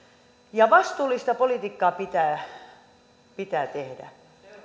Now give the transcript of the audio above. ja vastuullista politiikkaa pitää pitää tehdä